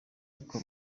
ariko